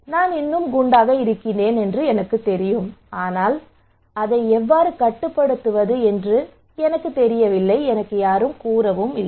நான் குண்டாக இருக்கிறேன் என்று எனக்குத் தெரியும் ஆனால் அதை எவ்வாறு கட்டுப்படுத்துவது என்று எனக்குத் தெரியவில்லை